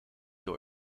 door